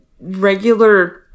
regular